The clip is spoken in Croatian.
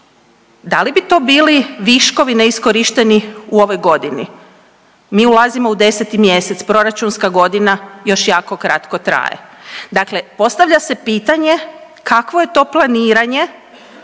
da li bi to bili viškovi neiskorišteni u ovoj godini, mi ulazimo u 10. mjesec, proračunska godina još jako kratko traje, dakle postavlja se pitanje kakvo je to planiranje